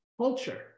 culture